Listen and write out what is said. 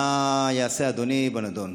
מה יעשה אדוני בנדון?